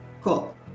cool